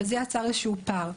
וזה יצר איזשהו פער.